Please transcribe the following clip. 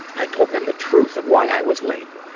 i told them the truth of why i was late.